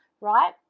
right